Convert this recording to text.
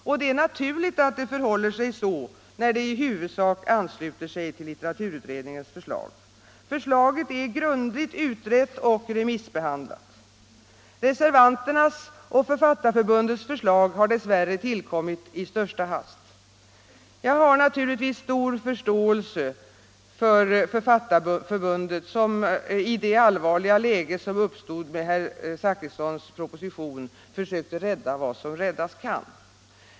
Och det är naturligt att det förhåller sig så, då förslaget i huvudsak ansluter sig till litteraturutredningens för slag. Förslaget är grundligt utrett och remissbehandlat. Reservanternas och Författarförbundets förslag har dess värre tillkommit i största hast. Jag har naturligtvis stor förståelse för Författarförbundet som i det allvarliga läge som uppstått genom herr Zachrissons proposition försökt rädda vad som räddas kan.